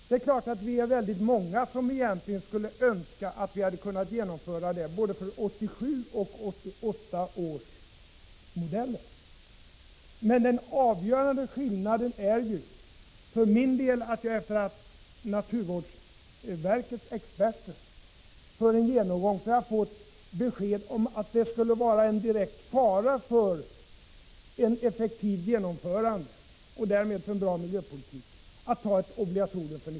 Det är klart att vi är väldigt många som egentligen skulle önska att vi hade kunnat genomföra ett obligatorium för både 1987 och 1988 års modeller. Men det finns en avgörande skillnad. Sedan naturvårdsverkets experter gjort en genomgång har jag fått besked om att ett obligatorium för 1988 skulle vara en direkt fara för ett effektivt genomförande och därmed för en bra miljöpolitik.